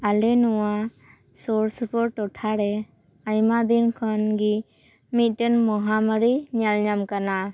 ᱟᱞᱮ ᱱᱚᱣᱟ ᱥᱩᱨ ᱥᱩᱯᱩᱨ ᱴᱚᱴᱷᱟ ᱨᱮ ᱟᱭᱢᱟ ᱫᱤᱱ ᱠᱷᱚᱱ ᱜᱤ ᱢᱤᱫᱴᱮᱱ ᱢᱚᱦᱟᱢᱟᱹᱨᱤ ᱧᱮᱞ ᱧᱟᱢ ᱟᱠᱟᱱᱟ